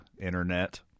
internet